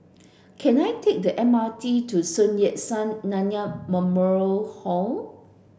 can I take the M R T to Sun Yat Sen Nanyang Memorial Hall